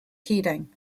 heating